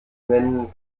nennen